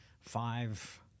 Five